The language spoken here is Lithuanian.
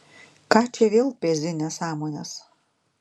ką čia vėl pezi nesąmones